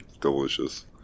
delicious